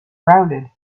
rounded